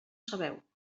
sabeu